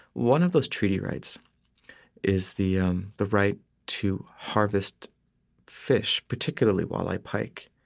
one of those treaty rights is the um the right to harvest fish, particularly walleyed pike,